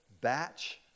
batch